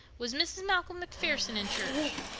was mrs. malcolm macpherson in church?